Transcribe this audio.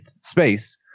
Space